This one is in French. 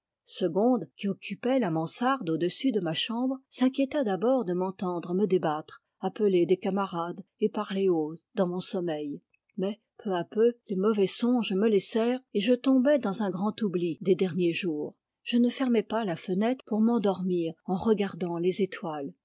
segonde qui occupait la mansarde au-dessus de ma chambre s'inquiéta d'abord de m'entendre me débattre appeler des camarades et parler haut dans mon sommeil mais peu à peu les mauvais songes me laissèrent et je tombai dans un grand oubli des derniers jours je ne fermais pas la fenêtre pour m'endormir en regardant les étoiles